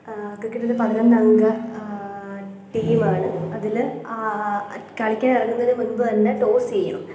cricket ഒരു പതിനൊന്നംഗ team ആണ് അതിൽ കളിക്കാൻ ഇറങ്ങുന്നതിന് മുൻപ് തന്നെ ടോസ് ചെയ്യണം